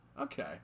Okay